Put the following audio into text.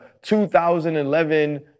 2011